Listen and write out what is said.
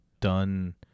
done